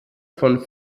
von